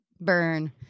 burn